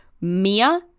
Mia